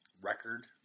record